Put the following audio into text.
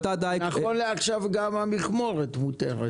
נכון לעכשיו גם המכמורת מותרת.